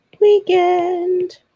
weekend